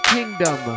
Kingdom